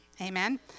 Amen